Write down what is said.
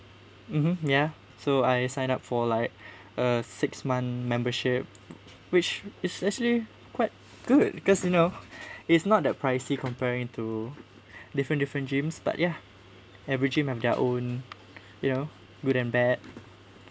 mmhmm ya so I sign up for like a six month membership which is actually quite good because you know it's not that pricey comparing to different different gyms but ya every gym have their own you know good and bad